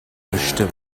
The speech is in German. bestimmt